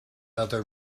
other